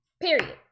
Period